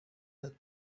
had